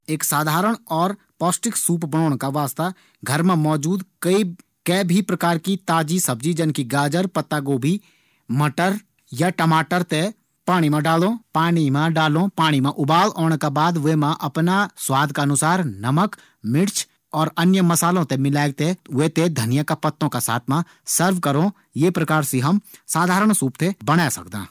एक साधारण और स्वादिष्ट सूप बणोण का वास्ता घर मा मौजूद कै भी प्रकार की सब्जी जन कि गाजर, पत्ता गोभी, टमाटर या मटर थें पाणी मा डालिक उबालना का बाद विमा स्वादानुसार नमक, मिर्च और अन्य मसालों थें मिलेक विमा धनिया मिलेक सर्व करी सकदां।